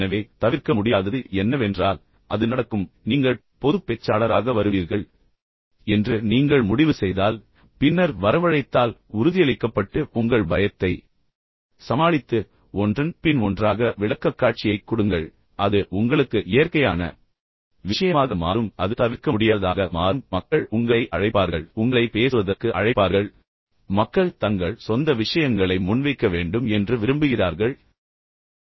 எனவே தவிர்க்க முடியாதது என்னவென்றால் அது நடக்கும் எனவே நீங்கள் பொதுப் பேச்சாளராக வருவீர்கள் என்று நீங்கள் முடிவு செய்தால் பின்னர் வரவழைத்தால் உறுதியளிக்கப்பட்டு உங்கள் பயத்தை சமாளித்து ஒன்றன் பின் ஒன்றாக விளக்கக்காட்சியைக் கொடுங்கள் பின்னர் அது உங்களுக்கு இயற்கையான விஷயமாக மாறும் அது தவிர்க்க முடியாததாக மாறும் மக்கள் உங்களை அழைப்பார்கள் உங்களை பேசுவதற்கு அழைப்பார்கள் மக்கள் தங்கள் சொந்த விஷயங்களை முன்வைக்க வேண்டும் என்று விரும்புகிறார்கள் நீங்கள் ஒரு தொழில்முறை நிபுணராக ஆகுங்கள்